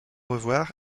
revoir